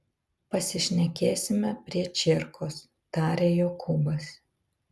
pasišnekėsime prie čierkos tarė jokūbas